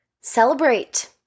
celebrate